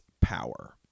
power